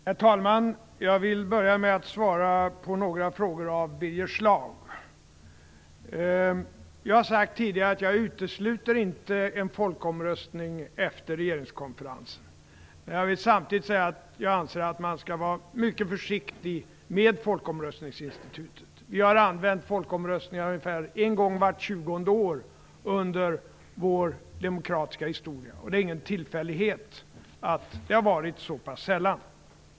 Herr talman! Jag vill börja med att svara på några frågor från Birger Schlaug. Jag har tidigare sagt att jag inte utesluter en folkomröstning efter regeringskonferensen. Men jag vill samtidigt säga att jag anser att man skall vara mycket försiktig med folkomröstningsinstitutet. Vi har använt folkomröstningar ungefär en gång vart tjugonde år under vår demokratiska historia. Det är ingen tillfällighet att det har varit så sällan.